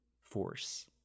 force